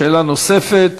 שאלה נוספת,